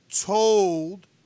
Told